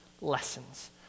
lessons